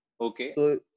Okay